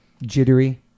jittery